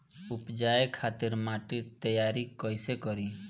उपजाये खातिर माटी तैयारी कइसे करी?